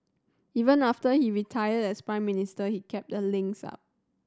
even after he retired as Prime Minister he kept the links up